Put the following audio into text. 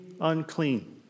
unclean